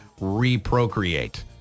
reprocreate